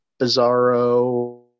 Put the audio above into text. bizarro